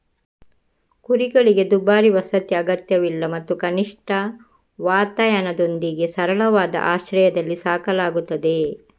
ಕುರಿಗಳಿಗೆ ದುಬಾರಿ ವಸತಿ ಅಗತ್ಯವಿಲ್ಲ ಮತ್ತು ಕನಿಷ್ಠ ವಾತಾಯನದೊಂದಿಗೆ ಸರಳವಾದ ಆಶ್ರಯದಲ್ಲಿ ಸಾಕಲಾಗುತ್ತದೆ